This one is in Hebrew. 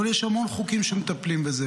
אבל יש המון חוקים שמטפלים בזה.